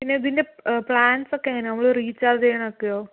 പിന്നെ ഇതിൻ്റെ പ്ലാൻസൊക്കെ എങ്ങനെ നമ്മൾ റീചാർജ് ചെയ്യുന്നതൊക്കെയോ